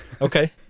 Okay